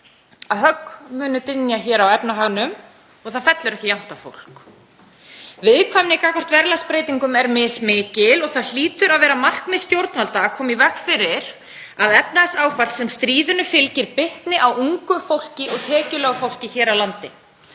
að högg munu dynja á efnahagnum hér og þau falla ekki jafnt á fólk. Viðkvæmni gagnvart verðlagsbreytingum er mismikil og það hlýtur að vera markmið stjórnvalda að koma í veg fyrir að efnahagsáfallið sem stríðinu fylgir bitni á ungu fólki og tekjulágu fólki hér á landi.